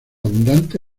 abundante